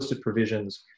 provisions